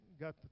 got